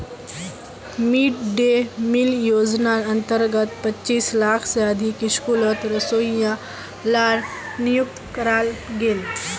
mid day meal योज्नार अंतर्गत पच्चीस लाख से अधिक स्कूलोत रोसोइया लार नियुक्ति कराल गेल